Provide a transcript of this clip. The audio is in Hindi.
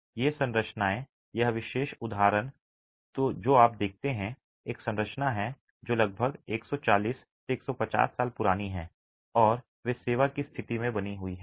ये संरचनाएं हैं यह विशेष उदाहरण जो आप यहां देखते हैं एक संरचना है जो लगभग 140 150 साल पुरानी है और वे सेवा की स्थिति में बनी हुई हैं